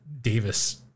Davis